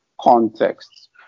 contexts